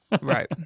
Right